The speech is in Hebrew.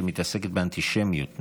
שמתעסקת באנטישמיות,